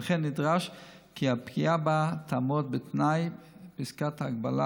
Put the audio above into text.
ולכן נדרש כי הפגיעה בה תעמוד בתנאי פסקת ההגבלה